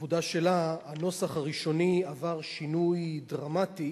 העבודה שלה הנוסח הראשוני עבר שינוי דרמטי,